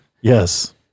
Yes